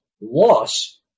loss